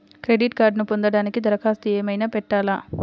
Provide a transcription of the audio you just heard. Credit కార్డ్ను పొందటానికి దరఖాస్తు ఏమయినా పెట్టాలా?